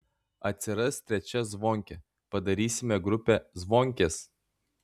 atsiras trečia zvonkė padarysime grupę zvonkės